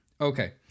Okay